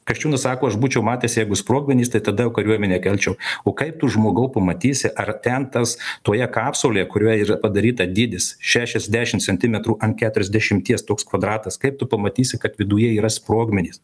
kasčiūnas sako aš būčiau matęs jeigu sprogmenys tai tada jau kariuomenę kelčiau o kaip tu žmogau pamatysi ar ten tas toje kapsulėje kurioj ir padaryta dydis šešiasdešim centimetrų ant keturiasdešimties toks kvadratas kaip tu pamatysi kad viduje yra sprogmenys